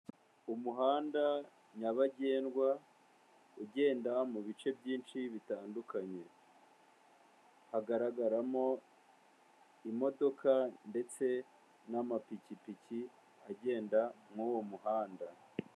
Umuhanda nyabagendwa ugenda mu bice byinshi bitandukanye, hagaragaramo imodoka ndetse n'amapikipiki agenda mu uwo muhanda.